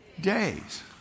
days